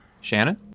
Shannon